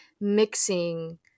mixing